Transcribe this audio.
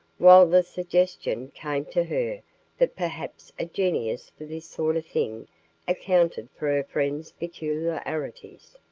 while the suggestion came to her that perhaps a genius for this sort of thing accounted for her friend's peculiarities.